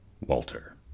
Walter